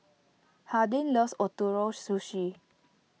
Hardin loves Ootoro Sushi